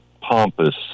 pompous